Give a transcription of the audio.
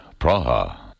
Praha